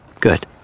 Good